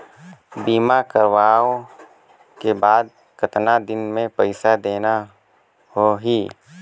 बीमा करवाओ के बाद कतना दिन मे पइसा देना हो ही?